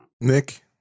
Nick